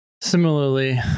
Similarly